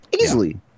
easily